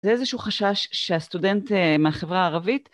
זה איזשהו חשש שהסטודנט מהחברה הערבית